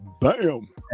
Bam